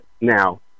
now